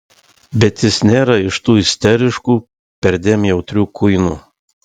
bet jis nėra iš tų isteriškų perdėm jautrių kuinų